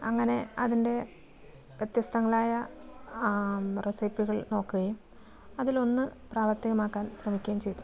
അങ്ങനെ അതിൻ്റെ വ്യത്യസ്തങ്ങളായ റെസിപ്പികൾ നോക്കുകയും അതിലൊന്ന് പ്രാവർത്തികമാക്കാൻ ശ്രമിക്കുകയും ചെയ്തു